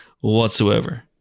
whatsoever